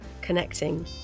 connecting